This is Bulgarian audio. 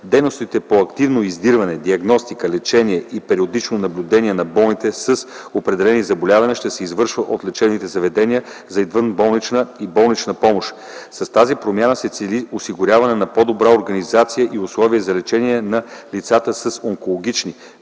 Дейностите по активно издирване, диагностика, лечение и периодично наблюдение на болните с определени заболявания ще се извършват от лечебните заведения за извънболнична и болнична помощ. С тази промяна се цели осигуряване на по-добра организация и условия за лечение на лицата с онкологични,